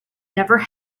never